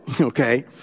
okay